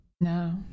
No